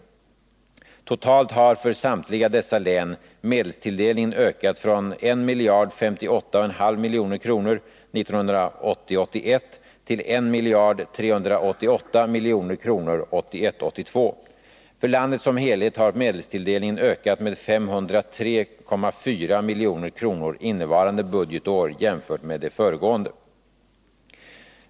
Totalt har för samtliga dessa län medelstilldelningen ökat från 1 058,5 milj.kr. 1980 82. För landet som helhet har medelstilldelningen ökat med 503,4 milj.kr. innevarande budgetår jämfört med det föregående.